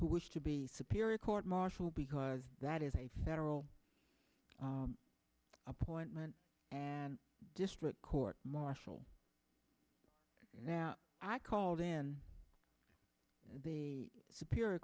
who wish to be superior court marshal because that is a federal appointment and district court martial now i called in the superior